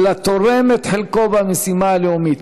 אלא תורם את חלקו במשימה הלאומית.